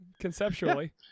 conceptually